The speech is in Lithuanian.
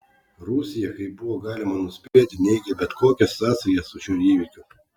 rusija kaip buvo galima nuspėti neigė bet kokias sąsajas su šiuo įvykiu